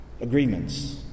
Agreements